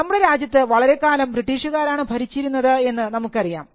നമ്മുടെ രാജ്യത്ത് വളരെ കാലം ബ്രിട്ടീഷുകാരാണ് ഭരിച്ചിരുന്നത് എന്ന് നമുക്കറിയാം